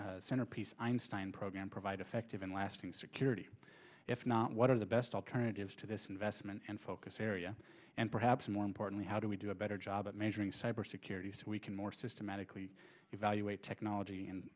einstein program provide effective and lasting security if not one of the best alternatives to this investment and focus area and perhaps more importantly how do we do a better job of measuring cybersecurity so we can more systematically evaluate technology and